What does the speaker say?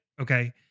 Okay